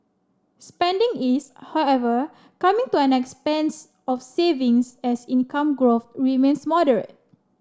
spending is however coming to expense of savings as income growth remains moderate